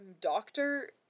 Doctor